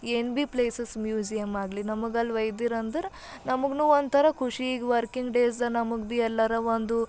ಏನು ಬಿ places museum ಆಗಲಿ ನಮಗಲ್ಲಿ ವ್ಯೆದಿರಂದ್ರೆ ನಮುಗು ಒಂಥರ ಖುಷೀಗ್ ವರ್ಕಿಂಗ್ ಡೇಸ್ ನಮಗೆ ಬಿ ಎಲ್ಲರ ಒಂದು